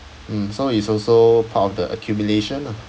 mm so it's also part of the accumulation lah